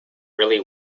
really